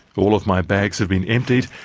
all of my bags have been emptied,